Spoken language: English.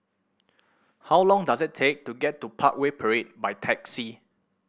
how long does it take to get to Parkway Parade by taxi